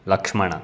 लक्ष्मणः